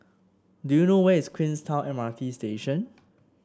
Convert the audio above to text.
do you know where is Queenstown M R T Station